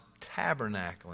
tabernacling